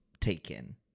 taken